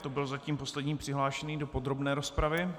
To byl zatím poslední přihlášený do podrobné rozpravy.